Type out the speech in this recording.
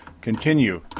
Continue